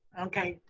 okay,